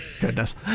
Goodness